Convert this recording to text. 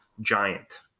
Giant